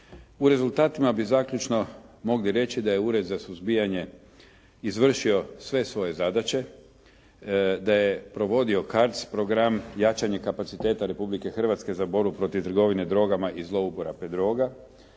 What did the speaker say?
U rezultatima bi zaključno mogli reći da je Ured za suzbijanje izvršio sve svoje zadaće, da je provodio CARDS program jačanje kapaciteta Republike Hrvatske za borbu protiv trgovine drogama i zlouporabe droga,